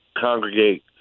congregate